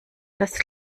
das